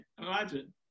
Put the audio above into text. Imagine